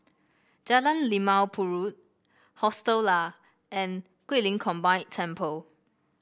Jalan Limau Purut Hostel Lah and Guilin Combined Temple